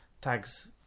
tags